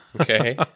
Okay